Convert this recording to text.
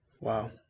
Wow